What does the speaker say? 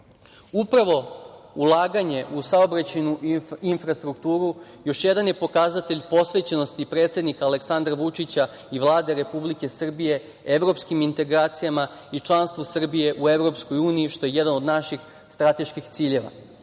Srbije. Upravo ulaganje u saobraćajnu infrastrukturu još jedan je pokazatelj posvećenosti predsednika Aleksandra Vučića i Vlade Republike Srbije evropskim integracijama i članstvo Srbije u EU, što je jedan od naših strateških ciljeva. Takođe